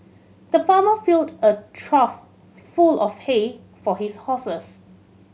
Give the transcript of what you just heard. the farmer filled a trough full of hay for his horses